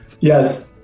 Yes